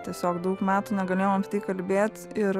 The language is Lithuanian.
tiesiog daug metų negalėjom kalbėt ir